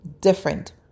different